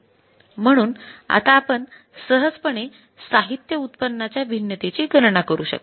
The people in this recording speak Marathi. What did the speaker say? म्हणून आता आपण सहजपणे साहित्य उत्पन्नाच्या भिन्नतेची गणना करू शकता